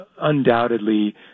undoubtedly